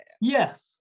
yes